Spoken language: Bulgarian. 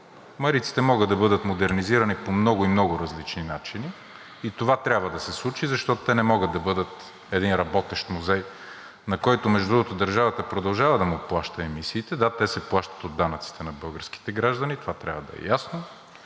Мариците могат да бъдат модернизирани по много и много различни начини и това трябва да се случи, защото те не могат да бъдат един работещ музей, на който, между другото, държавата продължава да му плаща емисиите. Да, те се плащат от данъците на българските граждани, и това трябва да е ясно,